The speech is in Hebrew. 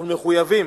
אנחנו מחויבים